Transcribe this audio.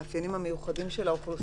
במאפיינים המיוחדים של האוכלוסייה באזור?